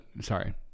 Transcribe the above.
sorry